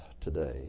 today